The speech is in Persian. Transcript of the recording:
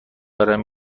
دارم